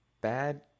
bad